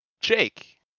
Jake